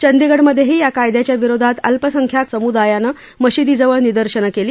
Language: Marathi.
चंदीगडमधही या कायदयाच्या विरोधात अल्पसंख्यांक सम्दायानं मशिदीजवळ निदर्शनं काली